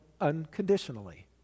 unconditionally